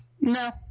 No